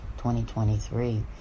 2023